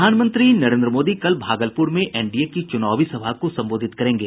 प्रधानमंत्री नरेन्द्र मोदी कल भागलपूर में एनडीए की चूनावी सभा को संबोधित करेंगे